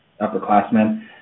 upperclassmen